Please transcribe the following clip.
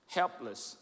helpless